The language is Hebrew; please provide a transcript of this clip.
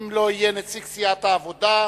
אם לא יהיה נציג סיעת העבודה,